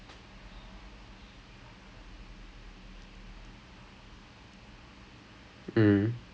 but apparently she's really good I I have not heard her perform or anything yet but I remember